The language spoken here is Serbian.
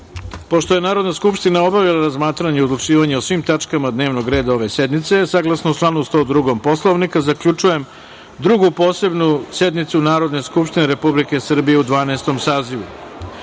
pošto je Narodna skupština obavila razmatranje i odlučivanje o svim tačkama dnevnog reda ove sednice, saglasno članu 102. Poslovnika, zaključujem Drugu posebnu sednicu Narodne skupštine Republike Srbije u Dvanaestom